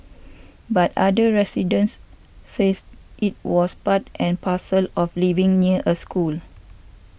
but other residents says it was part and parcel of living near a school